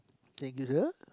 regular